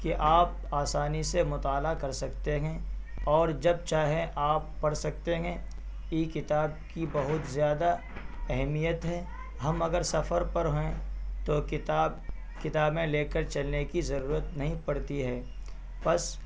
کہ آپ آسانی سے مطالعہ کر سکتے ہیں اور جب چاہیں آپ پڑھ سکتے ہیں ای کتاب کی بہت زیادہ اہمیت ہے ہم اگر سفر پر ہیں تو کتاب کتابیں لے کر چلنے کی ضرورت نہیں پڑتی ہے پس